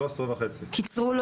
קיצרו לו